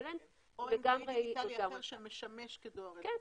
או אם זה אמצעי דיגיטלי אחר שמשמש לדואר אלקטרוני.